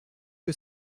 que